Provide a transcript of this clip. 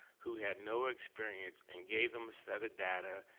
who had no experience, and gave them a set of data,